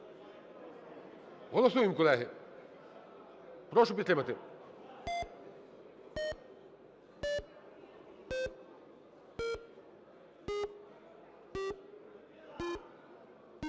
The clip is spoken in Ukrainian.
Голосуємо, колеги, прошу підтримати.